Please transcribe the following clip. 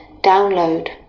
download